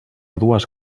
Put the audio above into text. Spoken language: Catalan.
dues